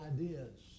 ideas